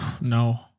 No